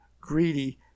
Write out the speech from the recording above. greedy